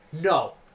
No